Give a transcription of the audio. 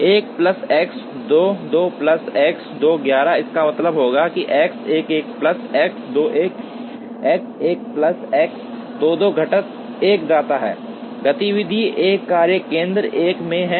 1 plus x 2 2 plus x 2 11 इसका मतलब होगा x 1 1 plus x 2 1 x 1 2 plus x 2 2 घटक 1 जाता है गतिविधि 1 कार्य केंद्र 1 में है